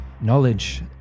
knowledge